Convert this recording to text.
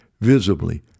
visibly